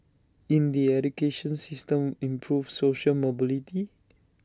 in the education system improve social mobility